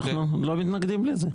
אוקיי, לא מתנגדים לזה.